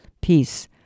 peace